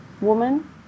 woman